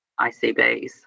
ICBs